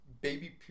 baby